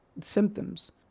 symptoms